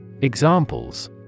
Examples